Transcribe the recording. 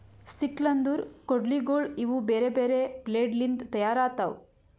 sickle ಅಂದುರ್ ಕೊಡ್ಲಿಗೋಳ್ ಇವು ಬೇರೆ ಬೇರೆ ಬ್ಲೇಡ್ ಲಿಂತ್ ತೈಯಾರ್ ಆತವ್